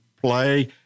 Play